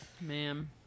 ma'am